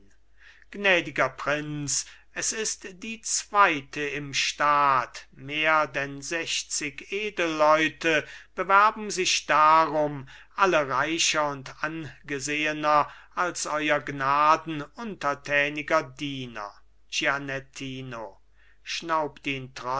gnädiger prinz es ist die zweite im staat mehr denn sechzig edelleute bewerben sich darum alle reicher und angesehener als euer gnaden untertäniger diener gianettino schnaubt ihn